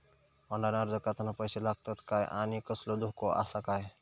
Online अर्ज करताना पैशे लागतत काय आनी कसलो धोको आसा काय?